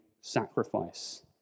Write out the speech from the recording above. sacrifice